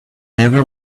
never